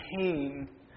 pain